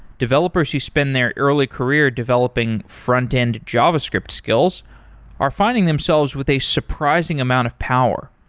developers who spend their early career developing frontend javascript skills are finding themselves with a surprising amount of power.